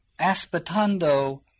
aspettando